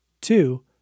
Two